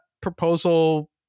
proposal